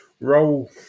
Roll